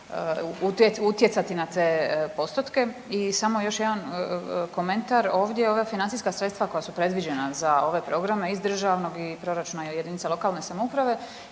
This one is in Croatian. utjecati na te postotke. I samo još jedan komentar, ovdje ova financijska sredstva koja su predviđena za ove programe iz državnog i proračuna jedinica lokalne samouprave